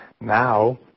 Now